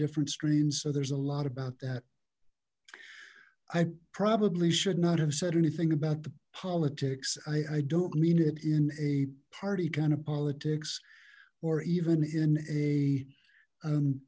different strains so there's a lot about that i probably should not have said anything about the politics i i don't mean it in a party kind of politics or even in a